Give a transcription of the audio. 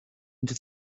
into